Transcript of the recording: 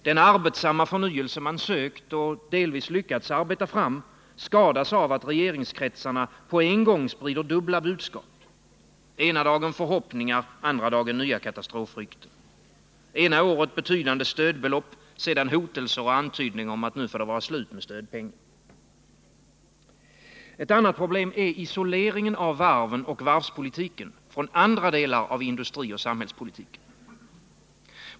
Den arbetsamma förnyelse man sökt och delvis lyckats arbeta fram skadas av att regeringskretsarna sprider dubbla budskap. Ena dagen gäller det förhoppningar, andra dagen nya katastrofrykten. Ena året gäller det betydande stödbelopp, sedan hotelser och antydningar om att nu får det vara slut med stödpengar. Ett annat problem är isoleringen av varven och varvspolitiken från andra delar av industrioch samhällspolitiken.